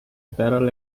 barrel